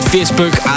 Facebook